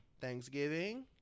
thanksgiving